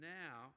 now